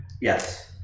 Yes